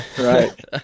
right